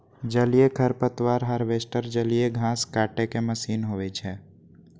जलीय खरपतवार हार्वेस्टर जलीय घास काटै के मशीन होइ छै